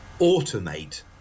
automate